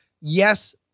yes